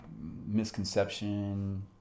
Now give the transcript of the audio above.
misconception